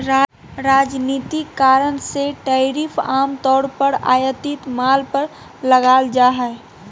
राजनीतिक कारण से टैरिफ आम तौर पर आयातित माल पर लगाल जा हइ